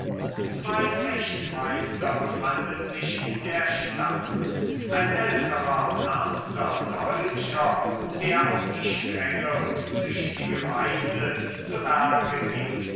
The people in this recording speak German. zwei fechtmeister befanden sich in der stadt ein älterer ernster deutscher der auf die strenge und tüchtige weise zu werke ging